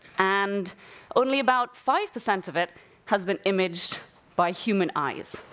and only about five percent of it has been imaged by human eyes,